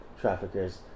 traffickers